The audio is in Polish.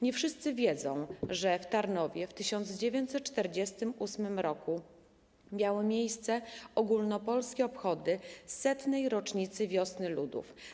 Nie wszyscy wiedzą, że w Tarnowie w 1948 r. miały miejsce ogólnopolskie obchody 100. rocznicy Wiosny Ludów.